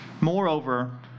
Moreover